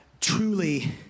truly